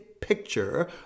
picture